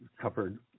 covered